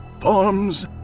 forms